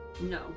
No